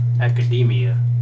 Academia